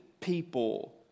people